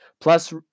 plus